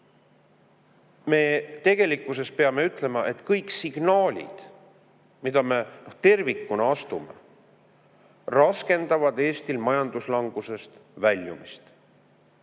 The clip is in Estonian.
tegelikkuses ütlema, et kõik signaalid, mida me tervikuna astume, raskendavad Eestit majanduslangusest väljumast.